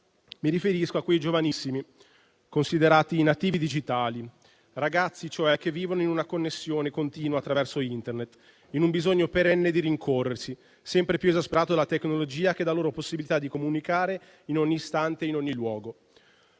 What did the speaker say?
Mi riferisco a quei giovanissimi considerati nativi digitali, ragazzi, cioè, che vivono in una connessione continua attraverso Internet, in un bisogno perenne di rincorrersi, sempre più esasperato dalla tecnologia che dà loro la possibilità di comunicare in ogni istante e in ogni luogo.